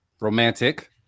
Romantic